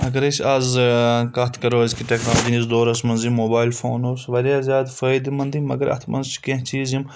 اگر أسۍ آز کَتھ کرو أزکہِ ٹَیکنَالٕجِی نِس دورَس منٛز یِم موبایِل فون اوس واریاہ زیادٕ فٲیدٕ منٛدٕے مَگر اَتھ منٛز چھِ کینٛہہ چیٖز یِم